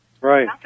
Right